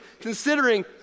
considering